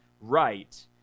right